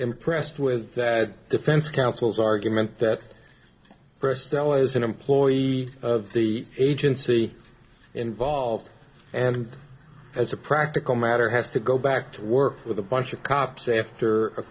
impressed with that defense counsel's argument that presto is an employee of the agency involved and as a practical matter has to go back to work with a bunch of cops after